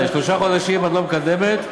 שלושה חודשים את לא מקדמת.